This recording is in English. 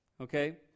Okay